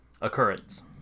occurrence